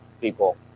people